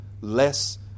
less